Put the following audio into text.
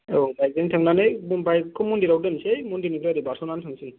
औ बाइक जों थांनानै बाइक खौ मन्दिराव दोनसै मन्दिरनिफ्राय ओरै बारस'नानै थांसै